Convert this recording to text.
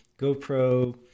GoPro